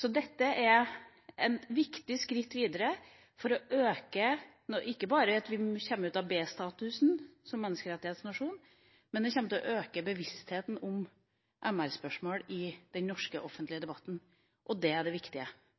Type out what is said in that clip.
Så dette er et viktig skritt videre. Ikke bare kommer vi ut av B-statusen som menneskerettighetsnasjon, det kommer til å øke bevisstheten om MR-spørsmål i den norske offentlige debatten. Det er det viktige,